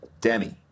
Demi